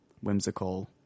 whimsical